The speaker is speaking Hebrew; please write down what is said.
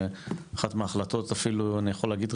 ואחת מההחלטות אני אפילו יכול להגיד,